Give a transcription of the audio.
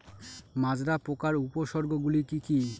মাজরা পোকার উপসর্গগুলি কি কি?